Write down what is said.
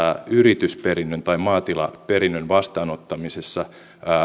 yritysperinnön tai maatilaperinnön vastaanottamisessa